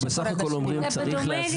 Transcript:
אנחנו בסך הכל אומרים שצריך להסדיר את העניין.